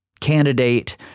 Candidate